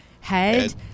Head